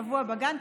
שבוע בגן,